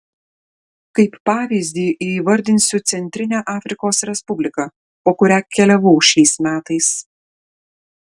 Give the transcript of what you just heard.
kaip pavyzdį įvardinsiu centrinę afrikos respubliką po kurią keliavau šiais metais